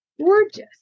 Gorgeous